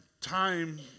time